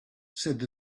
said